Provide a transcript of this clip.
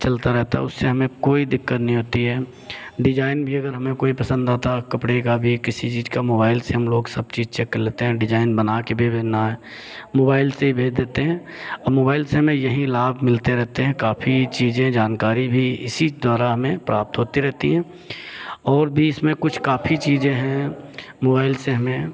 चलता रहता है उससे हमें कोई दिक्कत नहीं होती है डिज़ाइन भी अगर हमें कोई पसंद आता है कपड़े का भी किसी चीज़ का मोबाइल से हम लोग सब चीज़ चेक कर लेते हैं डिज़ाइन बना के भी भेजना है मोबाइल से भेज देते हैं अब मोबाइल से हमें यही लाभ मिलते रहते हैं काफी चीज़ें जानकारी भी इसी द्वारा हमें प्राप्त होती रहती हैं और भी इसमें कुछ काफ़ी चीज़ें हैं मोबाइल से हमें